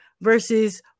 Versus